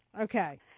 Okay